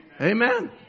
Amen